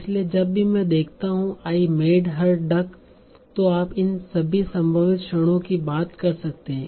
इसलिए जब भी मैं देखता हूं आई मेड हर डक तो आप इन सभी संभावित क्षणों की बात कर सकते हैं